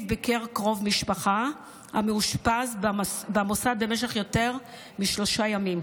הוא ביקר קרוב משפחה המאושפז במוסד במשך יותר משלושה ימים,